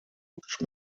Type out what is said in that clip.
which